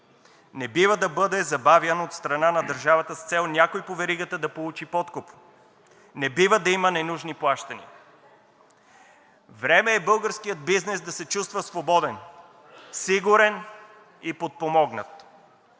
не бива да бъде забавян от страна на държавата с цел някой по веригата да получи подкуп, не бива да има ненужни плащания. Време е българският бизнес да се чувства свободен, сигурен и подпомогнат.